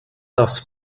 das